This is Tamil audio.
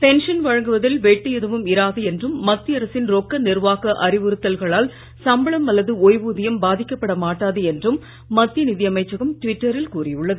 பென்சன் வழங்குவதில் வெட்டு எதுவும் இராது என்றும் மத்திய அரசின் ரொக்க நிர்வாக அறிவுறுத்தல்களால் சம்பளம் அல்லது ஒய்வூதியம் பாதிக்கப்பட மாட்டாது என்றும் மத்திய நிதி அமைச்சகம் ட்விட்டரில் கூறியுள்ளது